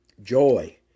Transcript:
Joy